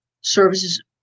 services